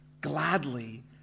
gladly